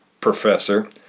professor